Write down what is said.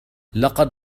لقد